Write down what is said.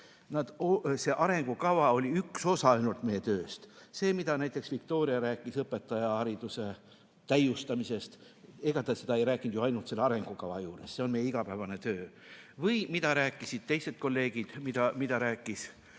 see arengukava oli ainult üks osa meie tööst. Seda, mida näiteks Viktoria rääkis õpetajahariduse täiustamisest, ei rääkinud ta ju ainult selle arengukava juures, vaid see on meie igapäevane töö. Või mida rääkisid teised kolleegid, mida rääkis